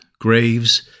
Graves